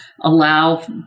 allow